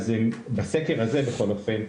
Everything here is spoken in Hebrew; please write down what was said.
בסקר הזה בכל אופן,